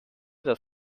das